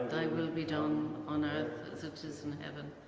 thy will be done on earth as it is in heaven.